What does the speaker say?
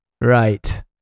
Right